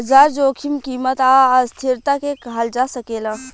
बाजार जोखिम कीमत आ अस्थिरता के कहल जा सकेला